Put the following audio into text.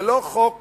זה לא חוק קנטרני,